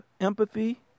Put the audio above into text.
empathy